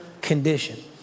condition